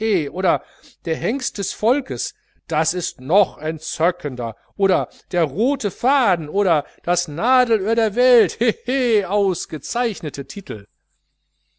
oder der hengst des volkes das ist noch entzöckender oder der rote faden oder das nadelör der welt hehe ausgezeichnete titel